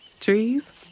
Trees